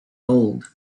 bold